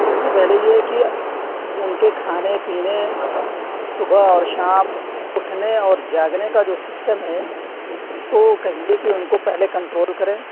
سب سے پہلے یہ کہ اُن کے کھانے پینے صُبح اور شام اُٹھنے اور جاگنے کا جو سسٹم ہے اُس کو کہیے کہ اُن کو پہلے کنٹرول کریں